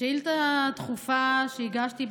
זו שאילתה דחופה שהגשתי,